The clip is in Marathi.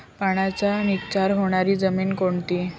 पाण्याचा निचरा होणारी जमीन कोणती?